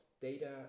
data